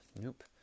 Nope